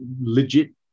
legit